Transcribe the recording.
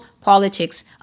politics